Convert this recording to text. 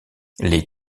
les